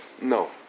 No